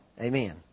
amen